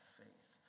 faith